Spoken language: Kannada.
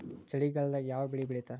ಚಳಿಗಾಲದಾಗ್ ಯಾವ್ ಬೆಳಿ ಬೆಳಿತಾರ?